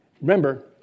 remember